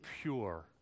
pure